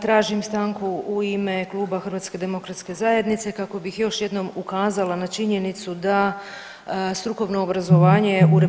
Tražim stanku u ime kluba HDZ-a kako bih još jednom ukazala na činjenicu da strukovno obrazovanje u RH